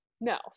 no